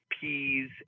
peas